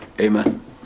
Amen